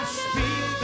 speak